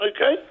Okay